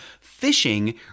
fishing